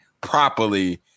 properly